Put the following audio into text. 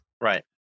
Right